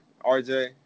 RJ